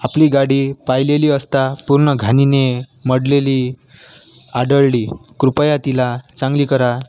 आपली गाडी पाहिलेली असता पूर्ण घाणीने मढलेली आढळली कृपया तिला चांगली करा